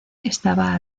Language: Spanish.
estaba